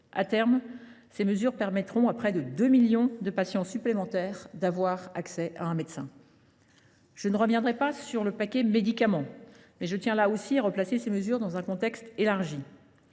À terme, ces dispositifs permettront à près de deux millions de patients supplémentaires d’avoir accès à un médecin. Je ne reviendrai pas sur le « paquet médicament », mais je tiens, là encore, à replacer ces dispositions dans un contexte plus